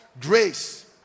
grace